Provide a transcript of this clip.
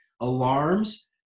Alarms